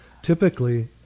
Typically